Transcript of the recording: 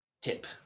tip